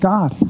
God